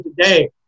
today